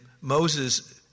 Moses